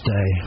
Day